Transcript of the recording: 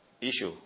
issue